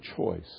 choice